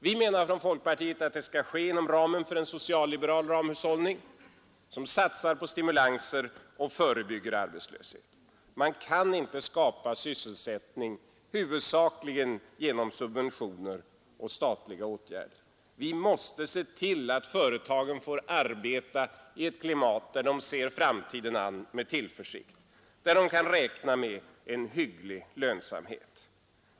Vi i folkpartiet menar att det skall man inom ramen för en socialliberal ramhushållning, som satsar på stimulanser och förebygger arbetslöshet. Man kan inte skapa sysselsättning huvudsakligen genom subventioner och statliga åtgärder. Vi måste se till att företagen får arbeta i ett klimat där de ser framtiden an med tillförsikt och kan räkna med en hygglig lönsamhet.